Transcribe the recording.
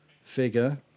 figure